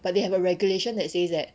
but they have a regulation that says that